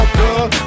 girl